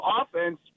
offense